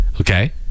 Okay